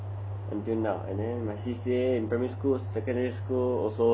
until now and then my C_C_A in primary school secondary school also soccer